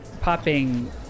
Popping